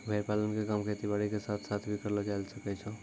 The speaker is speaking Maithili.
भेड़ पालन के काम खेती बारी के साथ साथ भी करलो जायल सकै छो